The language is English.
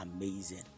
amazing